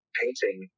painting